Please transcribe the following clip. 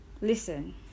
listen